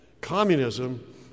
communism